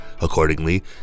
Accordingly